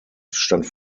stand